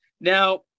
now